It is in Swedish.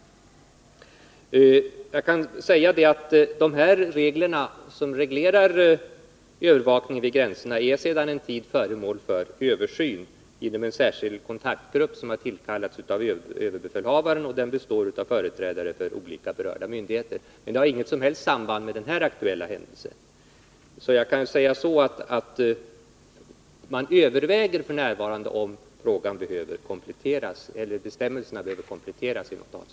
Jag kan säga att de bestämmelser som reglerar övervakningen vid gränserna sedan en tid tillbaka är föremål för översyn i en särskild kontaktgrupp som tillkallats av överbefälhavaren och består av företrädare för olika myndigheter. Detta har inget som helst samband med den här aktuella händelsen, men jag kan alltså säga att det f.n. övervägs om bestämmelserna behöver kompletteras.